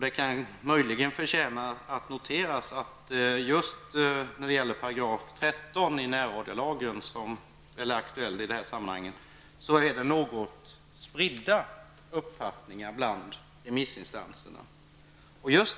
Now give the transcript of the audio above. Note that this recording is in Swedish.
Det kan möjligen förtjäna att noteras att det just beträffande § 13 i närradiolagen, som är aktuell i det här sammanhanget, finns något spridda uppfattningar bland remissinstanserna.